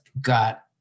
got